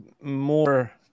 more